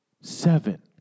Seven